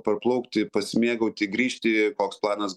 parplaukti pasimėgauti grįžti koks planas